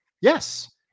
Yes